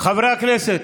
רק שהיא חריגה,